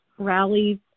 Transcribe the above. Rallies